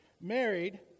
married